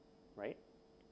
right